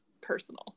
personal